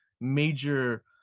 major